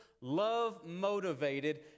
love-motivated